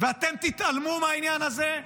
ואתם תתעלמו מהעניין הזה,